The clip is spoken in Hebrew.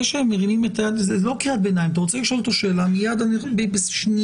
אתה רוצה לשאול אותו שאלה, בסדר.